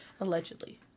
allegedly